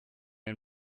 den